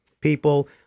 people